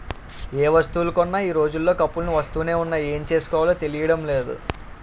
ఏ వస్తువులు కొన్నా ఈ రోజుల్లో కూపన్లు వస్తునే ఉన్నాయి ఏం చేసుకోవాలో తెలియడం లేదు